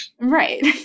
Right